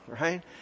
right